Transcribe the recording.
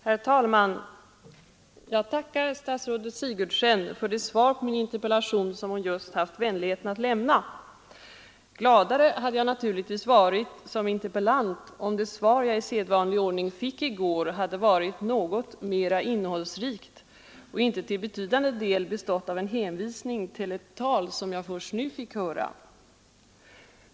Herr talman! Jag tackar statsrådet Sigurdsen för det svar på min interpellation som hon just haft vänligheten att lämna. Gladare hade jag naturligtvis som interpellant varit om svaret, som jag i sedvanlig ordning fick i går, hade varit något mer innehållsrikt och inte till betydande del bestått av en hänvisning till ett tal som jag först nu fick höra.